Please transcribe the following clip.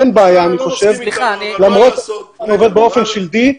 אין בעיה אני חושב, למרות שאני עובד באופן שלדי,